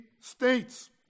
states